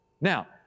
Now